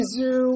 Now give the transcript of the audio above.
Zoo